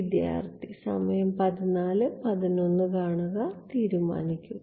വിദ്യാർത്ഥി തീരുമാനിക്കുക